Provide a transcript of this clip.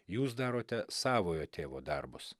jūs darote savojo tėvo darbus